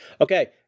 Okay